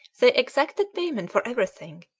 they exacted payment for everything,